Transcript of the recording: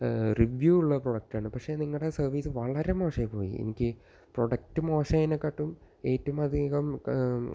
review ഉള്ള പ്രോഡക്റ്റാണ് പക്ഷെ നിങ്ങളുടെ സർവീസ് വളരെ മോശമായിപ്പോയി എനിക്ക് പ്രോഡക്റ്റ് മോശമായതിനെക്കാട്ടും ഏറ്റവുമധികം